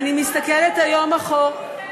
אבל זה לא פמיניזם.